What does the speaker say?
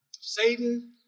Satan